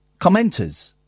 commenters